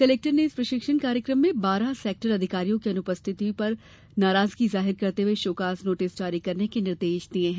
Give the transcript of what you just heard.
collector ने इस प्रशिक्षण कार्यक्रम में बारह सेक्टर अधिकारियों की अनुपस्थित पर नाराजगी जाहिर करते हुए शोकाज नोटिस जारी करने के निर्देश जारी कर दिये है